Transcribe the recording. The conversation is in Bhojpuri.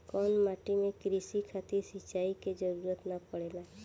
कउना माटी में क़ृषि खातिर सिंचाई क जरूरत ना पड़ेला?